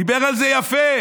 דיבר על זה יפה.